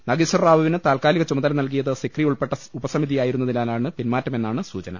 നാഗേശ്വർ റാവുവിന് താൽക്കാലിക ചുമതല നൽകി യത് സിക്രി ഉൾപ്പെട്ട ഉപസമിതി ആയിരുന്നതിനാലാണ് പിന്മാറ്റ മെന്നാണ് സൂചന